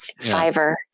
Fiverr